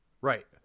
Right